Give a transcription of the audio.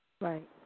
Right